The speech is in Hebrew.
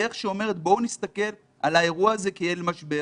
דרך שאומרת: בואו נסתכל על האירוע הזה כאל משבר,